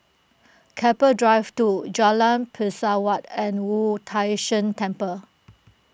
Keppel Drive two Jalan Pesawat and Wu Tai Shan Temple